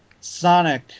Sonic